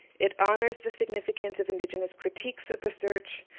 it honors the significance of indigenous critiques of research,